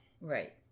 right